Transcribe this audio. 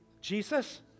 Jesus